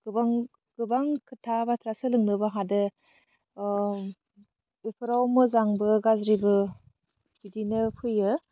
गोबां गोबां खोथा बाथ्रा सोलोंनोबो हादो ओह इफोराव मोजांबो गाज्रिबो बिदिनो फैयो